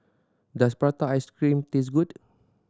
does prata ice cream taste good